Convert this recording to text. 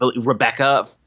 Rebecca